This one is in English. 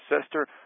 sister